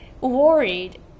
worried